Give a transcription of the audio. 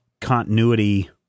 continuity